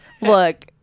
look